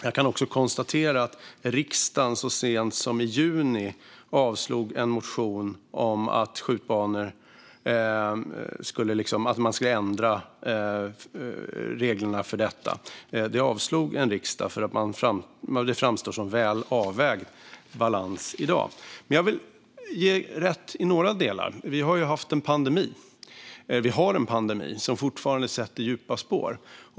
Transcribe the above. Jag kan också konstatera att riksdagen så sent som i juni avslog en motion om att ändra reglerna för skjutbanor eftersom balansen i dag framstod som väl avvägd. Jag vill dock ge er rätt i några delar. Vi har ju haft en pandemi. Vi har en pandemi som fortfarande sätter djupa spår.